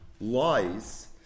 lies